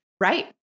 Right